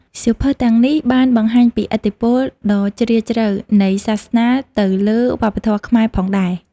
សៀវភៅទាំងនេះបានបង្ហាញពីឥទ្ធិពលដ៏ជ្រាលជ្រៅនៃសាសនាទៅលើវប្បធម៌ខ្មែរផងដែរ។